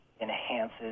enhances